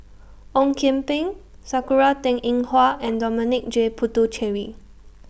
Ong Kian Peng Sakura Teng Ying Hua and Dominic J Puthucheary